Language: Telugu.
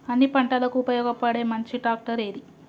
అన్ని పంటలకు ఉపయోగపడే మంచి ట్రాక్టర్ ఏది?